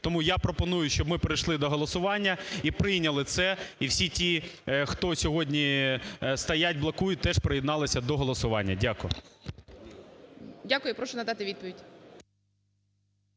Тому я пропоную, щоб ми перейшли до голосування і прийняли це. І всі ті, хто сьогодні стоять, блокують, теж приєдналися до голосування. Дякую. Веде засідання